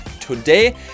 Today